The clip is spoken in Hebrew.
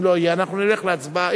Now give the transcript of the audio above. אם לא, נלך להצבעה.